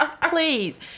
Please